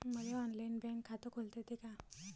मले online bank खात खोलता येते का?